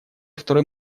второй